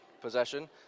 possession